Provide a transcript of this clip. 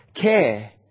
care